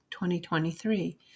2023